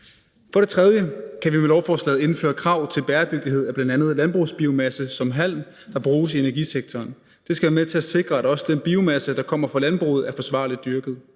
For det tredje kan vi med lovforslaget indføre krav til bæredygtighed af bl.a. landbrugsbiomasse som halm, der bruges i energisektoren. Det skal være med til at sikre, at også den biomasse, der kommer fra landbruget, er forsvarligt dyrket.